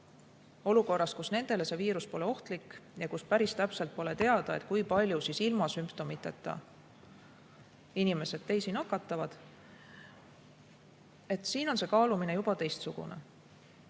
olukorras, kus nendele see viirus pole ohtlik ja kus päris täpselt pole teada, kui palju ilma sümptomiteta inimesed teisi nakatavad, juba teistsugune.